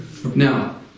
Now